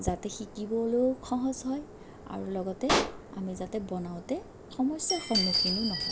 যাতে শিকিবলৈও সহজ হয় আৰু লগতে আমি যাতে বনাওঁতে সমস্যাৰ সন্মুখীনো নহওঁ